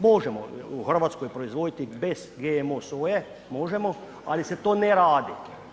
Možemo u Hrvatskoj proizvoditi bez GMO soje, možemo ali se to ne radi.